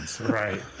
Right